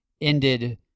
ended